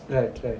right right